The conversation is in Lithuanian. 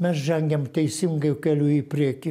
mes žengiam teisingu keliu į priekį